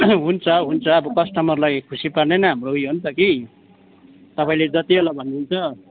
हुन्छ हुन्छ अब कस्टमरलाई खुसी पार्ने नै हाम्रो उयो हो नि त कि तपाईँले जति बेला भन्नुहुन्छ